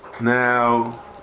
now